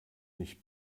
nicht